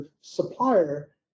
supplier